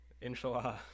inshallah